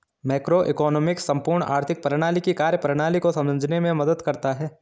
macroeconomics संपूर्ण आर्थिक प्रणाली की कार्यप्रणाली को समझने में मदद करता है